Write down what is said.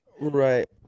Right